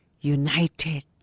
united